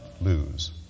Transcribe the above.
lose